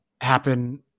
happen